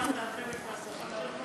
חלק מהשכר שלך?